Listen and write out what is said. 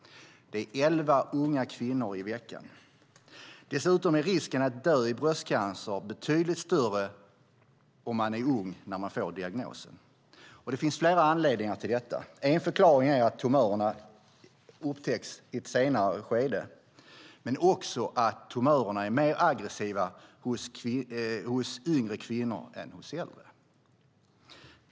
Det är elva unga kvinnor i veckan. Dessutom är risken att dö i bröstcancer betydligt större om man är ung när man får diagnosen. Det finns flera anledningar till detta. En förklaring är att tumörerna upptäcks i ett senare skede men också att tumörerna är mer aggressiva hos yngre kvinnor än hos äldre.